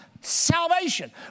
salvation